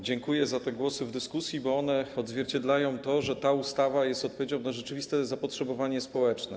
Dziękuję za te głosy w dyskusji, bo one odzwierciedlają to, że ta ustawa jest odpowiedzią na rzeczywiste zapotrzebowanie społeczne.